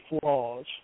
flaws